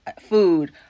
food